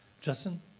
Justin